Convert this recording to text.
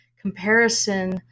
comparison